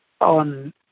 on